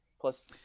Plus